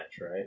right